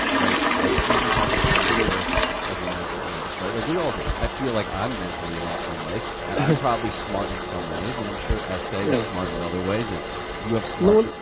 right? like you just have your own version of a mental illness, like we all do. i feel like i'm mentally ill in some ways. and i'm probably smart in some ways. and i'm sure estee is smart in other ways. and you have smarts.